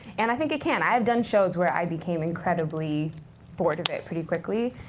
and i think it can. i have done shows where i became incredibly bored of it pretty quickly.